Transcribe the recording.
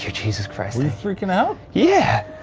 jesus christ. were you freakin' out? yeah!